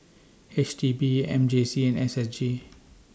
H D B M J C and S S G